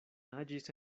naĝis